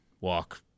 walk